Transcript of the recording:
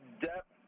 depth